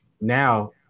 now